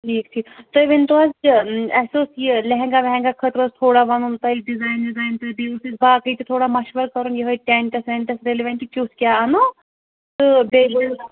ٹھیٖک ٹھیٖک تُہۍ ؤنتو حظ یہِ اسہِ اوس یہِ لیٚہنٛگا ویٚہنٛگا خٲطرٕ اوس تھوڑا وَنُن تۄہہِ ڈِزاین وِزاین باقٕے تہِ تھوڑا مشوَر کَرُن یِہٲے ٹیٚنٛٹس ویٚنٛٹس ریٚلِونٛٹ کیُتھ کیاہ اَنو تہٕ بیٚیہِ